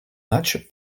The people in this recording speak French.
matchs